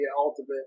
ultimate